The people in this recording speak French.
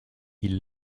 ils